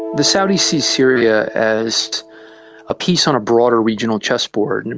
the saudis see syria as a piece on a broader regional chessboard. and